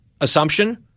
assumption